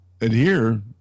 adhere